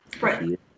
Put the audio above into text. Right